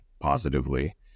positively